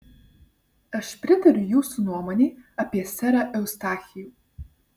aš pritariu jūsų nuomonei apie serą eustachijų